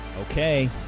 okay